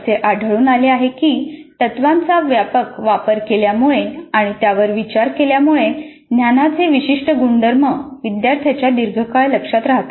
असे आढळून आले आहे की तत्वांचा व्यापक वापर केल्यामुळे आणि त्यावर विचार केल्यामुळे ज्ञानाचे विशिष्ट गुणधर्म विद्यार्थ्यांच्या दीर्घकाळ लक्षात राहतात